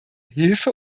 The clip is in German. hilfe